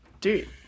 Dude